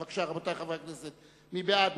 בבקשה, רבותי חברי הכנסת, מי בעד?